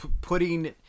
putting